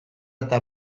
eta